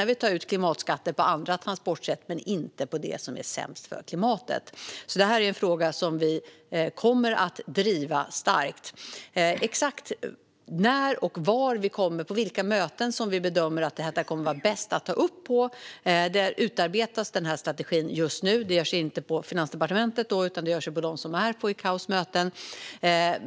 när vi tar ut klimatskatter på andra transportsätt men inte på det som är sämst för klimatet. Det här är alltså en fråga som vi kommer att driva starkt. En strategi för exakt när, var och på vilka möten som vi bedömer att detta kommer att vara bäst att ta upp utarbetas just nu. Det görs inte på Finansdepartementet, utan det görs av dem som är på ICAO:s möten.